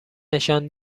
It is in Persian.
نشان